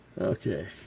Okay